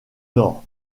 nord